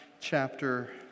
chapter